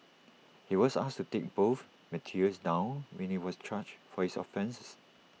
he was asked to take both materials down when he was charged for his offences